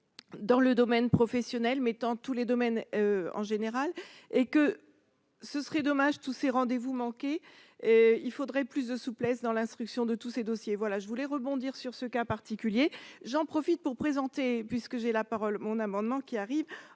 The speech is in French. dans le domaine professionnel mettant tous les domaines, en général, et que ce serait dommage, tous ces rendez-vous manqués, il faudrait plus de souplesse dans l'instruction de tous ces dossiers, voilà je voulais rebondir sur ce cas particulier, j'en profite pour présenter puisque j'ai la parole, mon amendement qui arrive